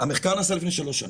המחקר נעשה לפני שלוש שנים.